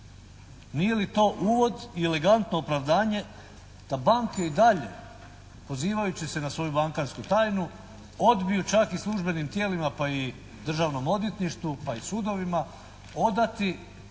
Nije li to uvod i elegantno opravdanje da banke i dalje pozivajući se na svoju bankarsku tajnu odbiju čak i službenim tijelima pa i Državnom odvjetništvu pa i sudovima odati